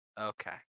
Okay